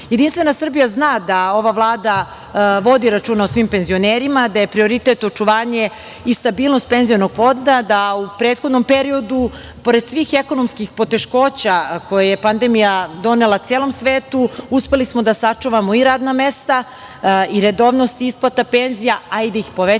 osiguranje. Jedinstvena Srbija zna da ova Vlada vodi računa o svim penzionerima, da je prioritet očuvanje i stabilnost penzionog fonda, da u prethodnom periodu, pored svih ekonomskih poteškoća koje je pandemija donela celom svetu, uspeli smo da sačuvamo i radna mesta i redovnost isplata penzija, a i da ih povećamo.